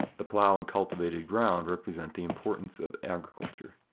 the plow and cultivated ground represent the importance of agriculture.